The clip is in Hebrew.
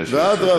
59 שיוצאת לפנסיה.